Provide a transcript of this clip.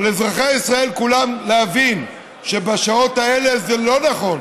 ועל אזרחי ישראל כולם להבין שבשעות האלה לא נכון